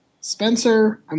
Spencer